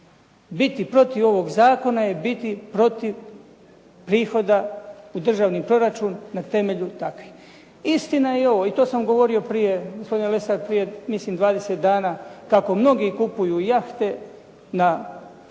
Biti protiv ovog zakona je biti protiv prihoda u državni proračun na temelju takvih. Istina je i ovo, i to sam govorio prije, gospodine Lesar, prije mislim 20 dana kako mnogi kupuju jahte na tvrtke